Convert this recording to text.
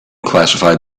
classified